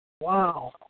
Wow